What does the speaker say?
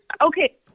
okay